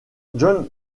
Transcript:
john